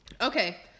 Okay